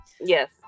yes